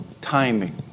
timing